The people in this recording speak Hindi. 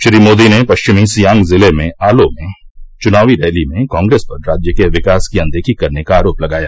श्री मोदी ने पश्चिमी सिआंग जिले में आलो में चुनावी रैली में कांग्रेस पर राज्य के विकास की अनदेखी करने का आरोप लगाया